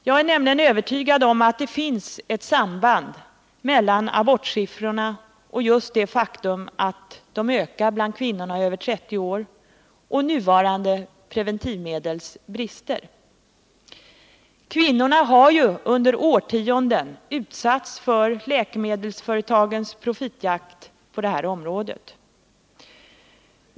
Jag är nämligen övertygad om att det finns ett samband mellan abortsiffrorna — det faktum att de ökar bland kvinnorna över 30 år — och nuvarande preventivmedels brister. Kvinnorna har ju under årtionden utsatts för läkemedelsföretagens profitjakt på det här området.